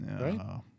right